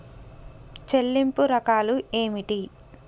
చెల్లింపు రకాలు ఏమిటి?